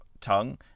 tongue